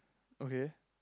okay